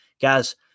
guys